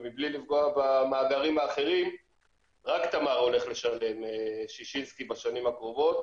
ומבלי לפגוע במאגרים האחרים רק תמר הולך לשלם ששינסקי בשנים הקרובות,